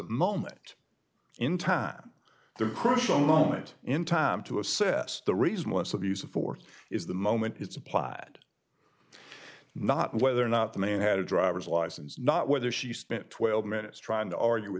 moment in time the crucial moment in time to assess the reason was that the use of force is the moment it's applied not whether or not the man had a driver's license or not whether she spent twelve minutes trying to argue with